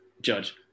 Judge